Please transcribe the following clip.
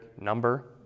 number